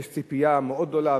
יש ציפייה מאוד גדולה,